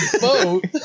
boat